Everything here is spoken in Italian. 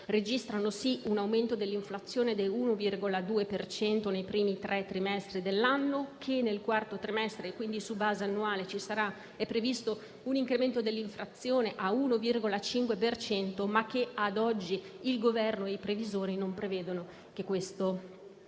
registrano sì un aumento dell'inflazione dell'1,2 per cento nei primi tre trimestri dell'anno, che nel quarto trimestre, quindi su base annuale, è previsto un incremento dell'inflazione all'1,5 per cento, ma ad oggi il Governo e i previsori non ipotizzano che tale